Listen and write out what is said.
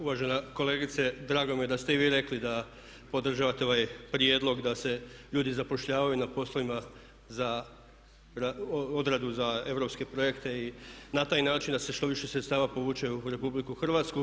Uvažena kolegice, drago mi je da ste i vi rekli da podržavate ovaj prijedlog da se ljudi zapošljavaju na poslovima za odradu za europske projekte i na taj način da se što više sredstava povuće u RH.